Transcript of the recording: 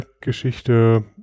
Geschichte